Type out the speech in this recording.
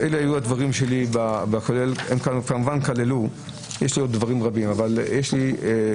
יש לי עוד דברים רבים לומר,